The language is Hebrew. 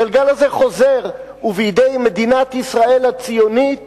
הגלגל הזה חוזר, ובידי מדינת ישראל הציונית